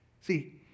See